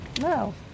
No